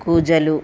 కూజలు